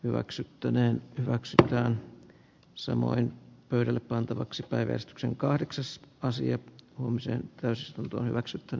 hyväksyttynä hyväksytetään samoin pöydälle pantavaksi päivystyksen kahdeksas ja asiat koomisen täysistunto hyväksytyn